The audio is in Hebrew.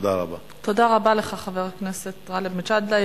תודה רבה לך, חבר הכנסת גאלב מג'אדלה.